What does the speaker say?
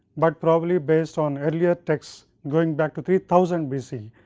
but probably based on earlier texts going back to three thousand bc,